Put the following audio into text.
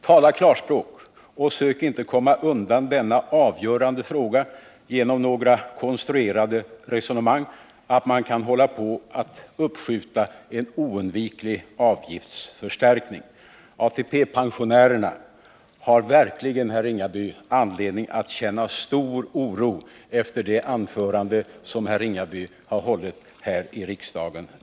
Tala klarspråk, och sök inte komma undan denna avgörande fråga genom konstruerade resonemang om att man kan uppskjuta en oundviklig avgiftsförstärkning! ATP-pensionärerna har verkligen anledning att känna stor oro efter det anförande som herr Ringaby denna kväll har hållit här i riksdagen.